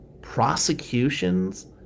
prosecutions